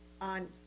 on